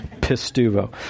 pistuvo